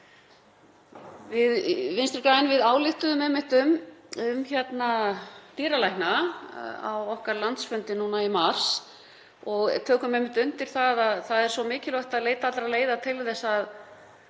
einmitt um dýralækna á okkar landsfundi núna í mars og tökum undir það að það er svo mikilvægt að leita allra leiða til þess að